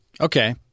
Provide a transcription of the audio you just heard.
Okay